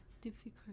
difficult